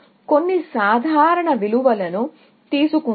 కొన్ని సాధారణ విలువలను తీసుకుందాం